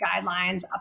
guidelines